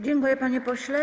Dziękuję, panie pośle.